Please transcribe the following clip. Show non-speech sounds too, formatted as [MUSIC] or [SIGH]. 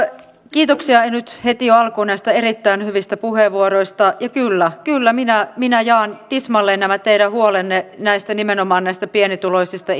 kiitoksia nyt heti alkuun näistä erittäin hyvistä puheenvuoroista ja kyllä kyllä minä minä jaan tismalleen nämä teidän huolenne nimenomaan pienituloisista [UNINTELLIGIBLE]